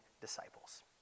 disciples